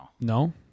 No